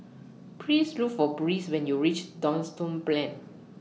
Please Look For Brice when YOU REACH Duxton Plain